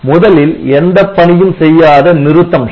முதலில் எந்தப் பணியும் செய்யாத 'நிறுத்தம்'